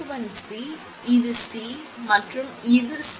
1 C இது C மற்றும் இது C